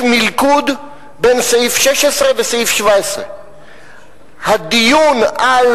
יש מלכוד בין סעיף 16 לסעיף 17. הדיון על